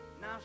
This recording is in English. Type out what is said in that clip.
Now